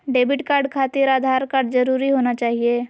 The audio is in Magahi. डेबिट कार्ड खातिर आधार कार्ड जरूरी होना चाहिए?